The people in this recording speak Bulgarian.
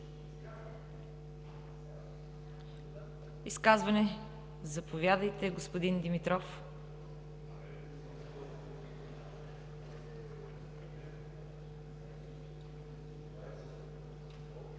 Изказване? Заповядайте, господин Димитров.